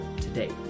today